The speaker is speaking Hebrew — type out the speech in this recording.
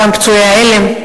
גם פצועי ההלם,